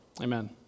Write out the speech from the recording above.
Amen